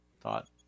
thought